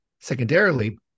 Secondarily